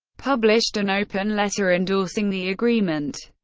published an open letter endorsing the agreement.